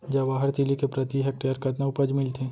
जवाहर तिलि के प्रति हेक्टेयर कतना उपज मिलथे?